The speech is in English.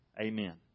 Amen